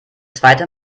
zweite